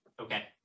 Okay